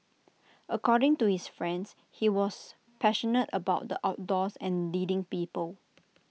according to his friends he was passionate about the outdoors and leading people